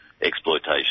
exploitation